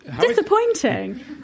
disappointing